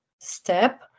step